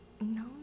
No